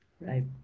right